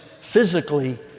physically